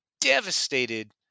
devastated